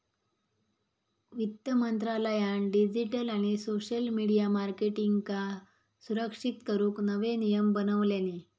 वित्त मंत्रालयान डिजीटल आणि सोशल मिडीया मार्केटींगका सुरक्षित करूक नवे नियम बनवल्यानी